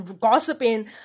gossiping